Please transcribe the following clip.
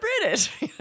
British